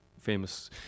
famous